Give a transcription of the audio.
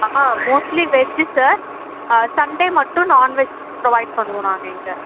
ஆ mostly veg sir ah Sunday மட்டும் non veg provide பண்ணுவோம் நாங்கள் இங்கே